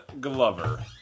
Glover